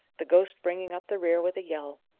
the ghost bringing up the rear with a yell,